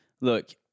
look